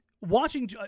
watching